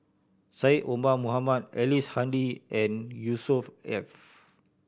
Syed Omar Mohamed Ellice Handy and Yusnor Ef